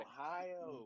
Ohio